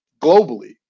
globally